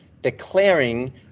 declaring